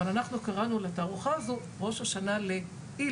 אבל אנחנו קראנו לתערוכה הזו: "ראש השנה לאילן",